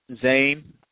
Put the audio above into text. Zane